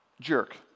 jerk